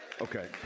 Okay